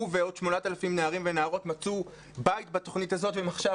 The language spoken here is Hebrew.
הוא ועוד 8,000 נערים ונערות מצאו בית בתוכנית הזאת ועכשיו